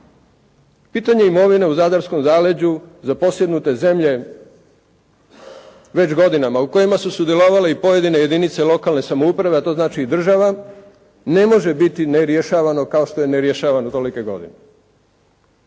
Pitanje imovine u zadarskom zaleđu zaposjednute zemlje već godinama u kojima su sudjelovale i pojedine jedinice lokalne samouprave, a to znači i država, ne može biti nerješavano kao što je nerješavano tolike godine